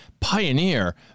Pioneer